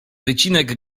wycinek